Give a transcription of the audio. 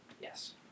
Yes